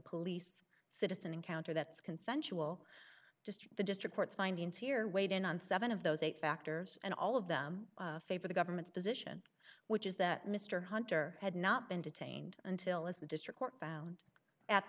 police citizen encounter that's consensual just the district court's findings here weighed in on seven of those eight factors and all of them favor the government's position which is that mr hunter had not been detained until as the district court found at